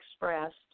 expressed